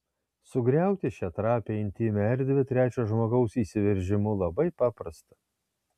sugriauti šią trapią intymią erdvę trečio žmogaus įsiveržimu labai paprasta